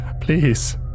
Please